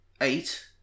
Eight